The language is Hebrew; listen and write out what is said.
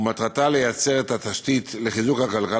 ומטרתה לייצר את התשתית לחיזוק הכלכלה